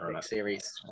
series